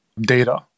data